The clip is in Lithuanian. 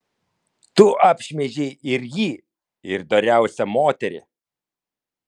tu apšmeižei ir jį ir doriausią moterį